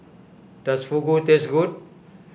does Fugu taste good